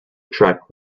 track